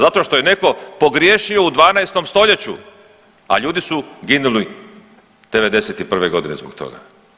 Zato što je netko pogriješio u 12. stoljeću, a ljudi su ginuli '91. godine zbog toga.